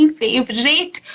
favorite